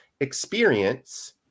experience